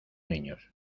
niños